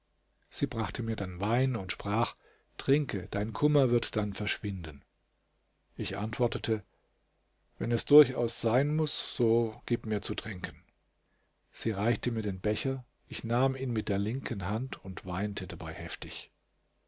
sie brachte mir dann wein und sprach trinke dein kummer wird dann verschwinden ich antwortete wenn es durchaus sein muß so gib mir zu trinken sie reichte mir den becher ich nahm ihn mit der linken hand und weinte dabei heftig